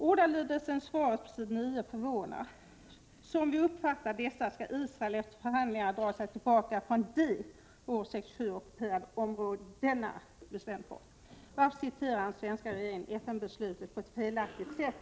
Ordalydelsen i slutet av Sten Anderssons svar är förvånande: ”Som vi uppfattar dessa” — alltså resolutionerna 242 och 338 — ”skall Israel efter förhandlingar dra sig tillbaka från de år 1967 ockuperade områdena ———.” Varför citerar den svenska regeringen FN-beslutet på ett felaktigt sätt?